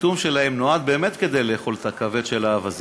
הפיטום שלהם הוא באמת כדי שיאכלו את הכבד שלהם.